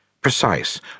precise